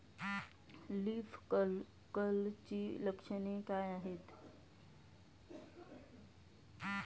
Leaf कर्लची लक्षणे काय आहेत?